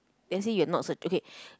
let's say you are not se~ okay